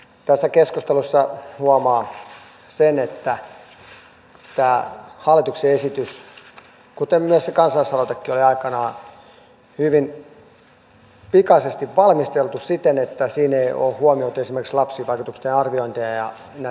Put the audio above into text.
tässä keskustelussa huomaa sen että tämä hallituksen esitys on kuten myös se kansalaisaloitekin oli aikanaan hyvin pikaisesti valmisteltu siten että siinä ei ole huomioitu esimerkiksi lapsivaikutusten arviointeja ja näitä fakta asioita